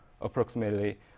approximately